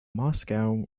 moscow